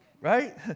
right